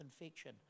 infection